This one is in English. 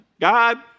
God